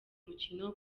mukino